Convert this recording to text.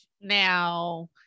now